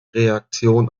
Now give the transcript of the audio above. reaktion